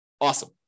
Awesome